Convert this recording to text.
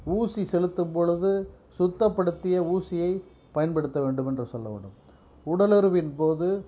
ஊசி செலுத்தும் பொழுது சுத்தப்படுத்திய ஊசியை பயன்படுத்த வேண்டுமென்று சொல்ல வேண்டும் உடலுறவின் போது